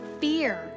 fear